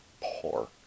poor